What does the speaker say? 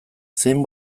zein